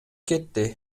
кетти